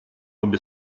обе